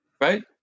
Right